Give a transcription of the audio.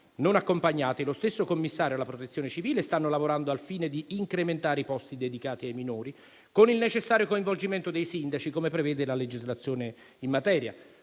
non accompagnati, lo stesso commissario e la protezione civile stanno lavorando al fine di incrementare i posti dedicati ai minori, con il necessario coinvolgimento dei sindaci, come prevede la legislazione in materia.